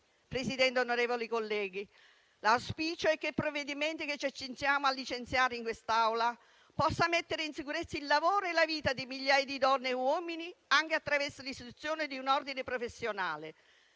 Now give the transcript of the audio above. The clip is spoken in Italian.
Presidente, onorevoli colleghi, l'auspicio è che il provvedimento che ci accingiamo a licenziare in quest'Aula possa mettere in sicurezza il lavoro e la vita di migliaia di donne e uomini, anche attraverso l'istituzione di un ordine professionale.